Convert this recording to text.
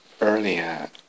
earlier